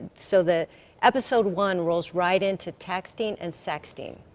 so the episode one rolls right into texting and sexting.